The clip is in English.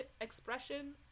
expression